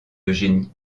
eugénie